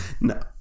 no